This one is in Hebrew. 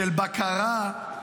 של בקרה,